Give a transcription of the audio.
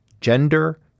gender